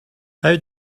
how